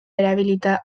erabilita